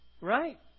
right